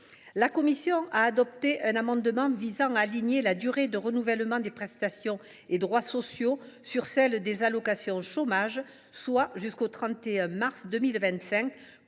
La commission a adopté un amendement visant à aligner la durée de renouvellement des prestations et des droits sociaux sur celle qui a été retenue pour les allocations chômage, soit jusqu’au 31 mars 2025,